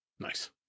Nice